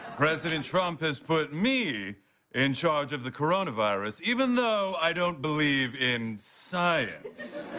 president trump has put me in charge of the coronavirus, even though i don't believe in science.